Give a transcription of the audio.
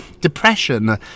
Depression